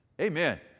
Amen